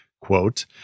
Quote